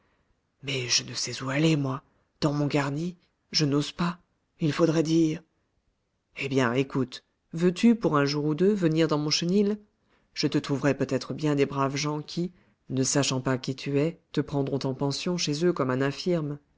mais je ne sais où aller moi dans mon garni je n'ose pas il faudrait dire eh bien écoute veux-tu pour un jour ou deux venir dans mon chenil je te trouverai peut-être bien des braves gens qui ne sachant pas qui tu es te prendront en pension chez eux comme un infirme